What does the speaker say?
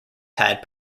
had